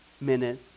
minute